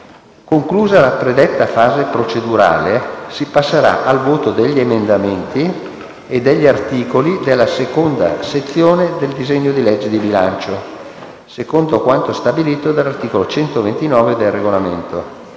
Conclusa la predetta fase procedurale, si passerà al voto degli emendamenti e degli articoli della seconda sezione del disegno di legge di bilancio, secondo quanto stabilito dall'articolo 129 del Regolamento.